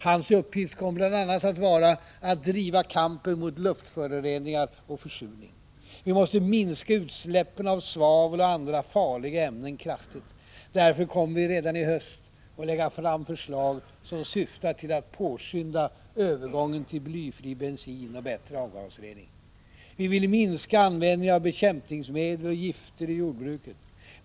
Hans uppgift kommer bl.a. att vara att driva kampen mot luftföroreningar och försurning. Vi måste minska utsläppen av svavel och andra farliga ämnen kraftigt. Därför kommer vi redan i höst att lägga fram förslag som syftar till att påskynda övergången till blyfri bensin och bättre avgasrening. Vi vill minska användningen av bekämpningsmedel och gifter i jordbruket.